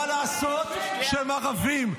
מה לעשות שהם ערבים?